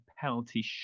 penalty